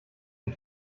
den